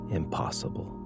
impossible